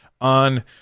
on